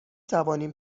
توانیم